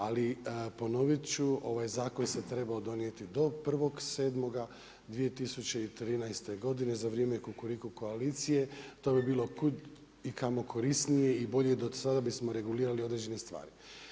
Ali ponoviti ću, ovaj zakon se trebao donijeti do 1.7.2013. godine za vrijeme kukuriku koalicije, to bi bilo kudikamo korisnije i bolje, do sada bismo regulirali određene stvari.